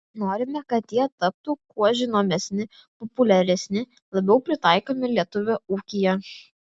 norime kad jie taptų kuo žinomesni populiaresni labiau pritaikomi lietuvio ūkyje